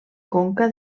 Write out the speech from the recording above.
conca